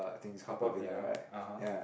Haw Par Villa (uh huh)